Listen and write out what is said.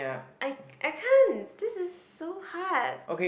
I I can't this is so hard